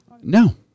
No